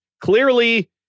Clearly